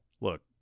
look